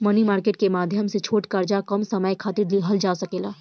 मनी market के माध्यम से छोट कर्जा कम समय खातिर लिहल जा सकेला